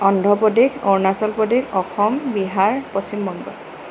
Andhra Pradesh Arunachal Pradesh Assam Bihar Paschimbanga